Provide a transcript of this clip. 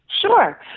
Sure